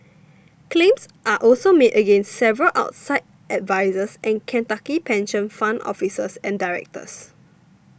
claims are also made against several outside advisers and Kentucky pension fund officers and directors